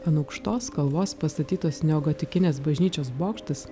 ant aukštos kalvos pastatytos neogotikinės bažnyčios bokštas